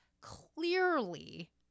Clearly